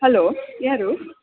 hello ಯಾರು